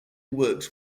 works